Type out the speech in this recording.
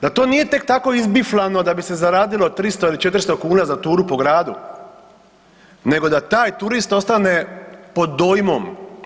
Da to nije tek tamo izbiflano da bi se zaradilo 300 ili 400 kuna za turu po gradu, nego da taj turist ostane pod dojmom.